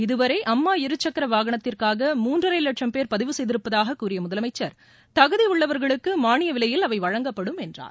இதுவரை அம்மா இருசக்கர வாகனத்திற்காக மூன்றரை லட்சும் பேர் பதிவு செய்திருப்பதாக கூறிய முதலமைச்சர் தகுதி உள்ளவர்களுக்கு மானிய விலையில் அவை வழங்கப்படும் என்றார்